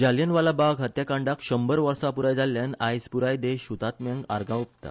जालीयनवाला बाग हत्याकाडांक शंभर वर्सा पुराय जाल्ल्यान आयज पुराय देश हतात्म्यांक आर्गा ओपता